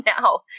now